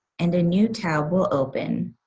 and a new tab will open.